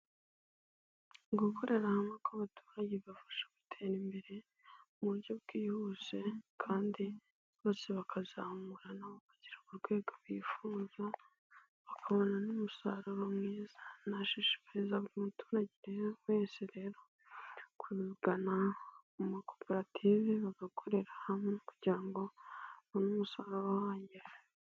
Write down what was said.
Gukorera hamwe kw'abaturage bibafasha gutera imbere mu buryo bwihuse kandi bose bakazamurana bakagera ku rwego bifuza bakabona n'umusaruro mwiza, nashishikariza buri muturage rero wese rero kugana mu makoperative bagakorera hamwe kugira ngo babone umusaruro uhagije.